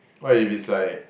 what if is like